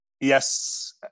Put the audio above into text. Yes